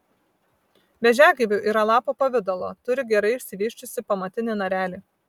vėžiagyvių yra lapo pavidalo turi gerai išsivysčiusį pamatinį narelį